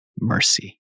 mercy